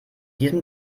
diesem